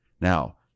Now